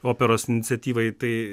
operos iniciatyvai tai